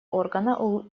органа